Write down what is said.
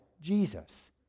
Jesus